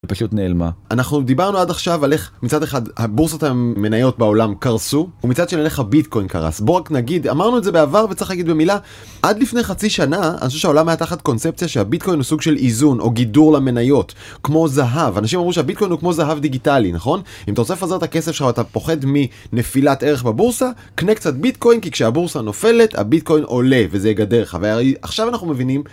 היא פשוט נעלמה. אנחנו דיברנו עד עכשיו על איך מצד אחד הבורסות המניות בעולם קרסו, ומצד שני על איך הביטקוין קרס. בואו רק נגיד, אמרנו את זה בעבר וצריך להגיד במילה, עד לפני חצי שנה אני חושב שהעולם היה תחת קונספציה שהביטקוין הוא סוג של איזון או גידור למניות, כמו זהב, אנשים אמרו שהביטקוין הוא כמו זהב דיגיטלי, נכון? אם אתה רוצה לפזר את הכסף שלך ואתה פוחד מנפילת ערך בבורסה, קנה קצת ביטקוין כי כשהבורסה נופלת, הביטקוין עולה וזה יגדר לך. ועכשיו אנחנו מבינים...